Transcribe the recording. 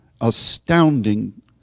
astounding